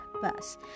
bus